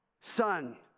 son